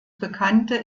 bekannte